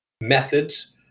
methods